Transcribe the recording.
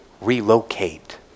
relocate